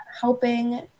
helping